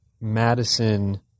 Madison